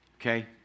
Okay